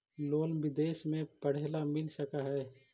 Loan विदेश में पढ़ेला मिल सक हइ?